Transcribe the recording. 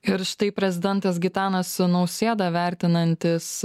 ir štai prezidentas gitanas nausėda vertinantis